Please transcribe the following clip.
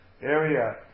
area